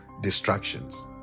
distractions